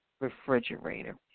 refrigerator